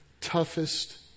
Toughest